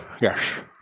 Yes